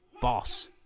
boss